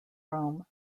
rome